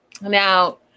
Now